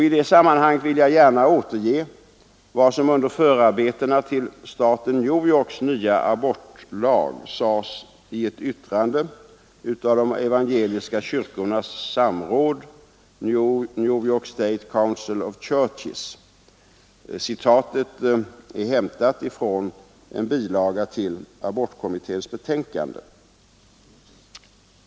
I det sammanhanget vill jag gärna återge vad som under förarbetena till staten New Yorks abortlag sades i ett yttrande av de evangeliska kyrkornas samråd ”New York State Council of Churches”. Yttrandet är hämtat från en bilaga till abortkommitténs betänkande.